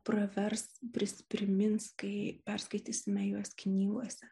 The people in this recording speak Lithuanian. pravers pris prisimins kai perskaitysime juos knygose